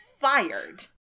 fired